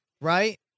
right